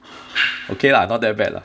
okay lah not that bad lah